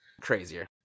crazier